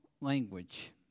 language